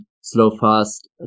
slow-fast